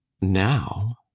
Now